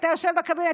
אתה יושב בקבינט,